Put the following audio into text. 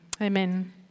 Amen